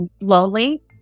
lonely